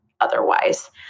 otherwise